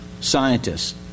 scientists